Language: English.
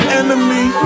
enemy